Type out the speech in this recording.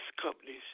companies